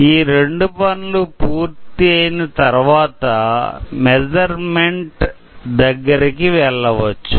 ఈ రెండు పనులు పూర్తయిన తరువాత మెస్సుర్మెంట్ దగ్గరకి వెళ్లవచ్చు